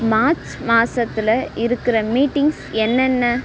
March மாசத்தில் இருக்கிற meetings என்னென்ன